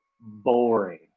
boring